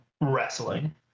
wrestling